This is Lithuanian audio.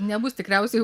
nebus tikriausiai